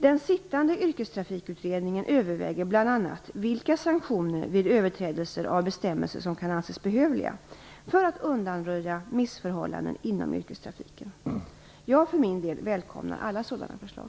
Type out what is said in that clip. Den sittande Yrkestrafikutredningen överväger bl.a. vilka sanktioner vid överträdelser av bestämmelser som kan anses behövliga för att undanröja missförhållanden inom yrkestrafiken. Jag för min del välkomnar alla sådana förslag.